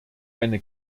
eine